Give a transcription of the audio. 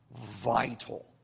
vital